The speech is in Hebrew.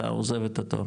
אתה עוזב את התור?